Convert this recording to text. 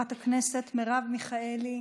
חברת הכנסת מרב מיכאלי,